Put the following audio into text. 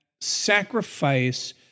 sacrifice